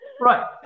Right